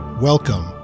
Welcome